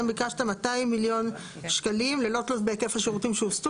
אתם ביקשתם 200 מיליון שקלים ללא תלות בהיקף השירותים שהוסטו